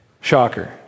Shocker